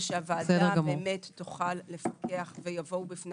ושהוועדה תוכל לפקח ושיבואו בפני